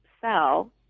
sell